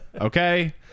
okay